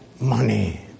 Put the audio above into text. money